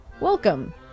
welcome